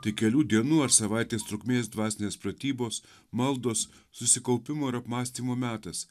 tai kelių dienų ar savaitės trukmės dvasinės pratybos maldos susikaupimo ir apmąstymų metas